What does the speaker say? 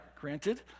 granted